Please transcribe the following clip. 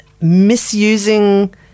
misusing